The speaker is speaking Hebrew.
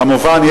כמובן,